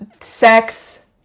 sex